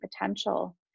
potential